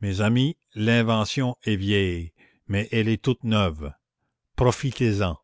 mes amis l'invention est vieille mais elle est toute neuve profitez-en